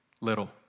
little